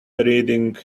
reading